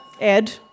Ed